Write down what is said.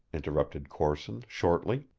interrupted corson shortly.